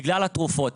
בגלל התרופות,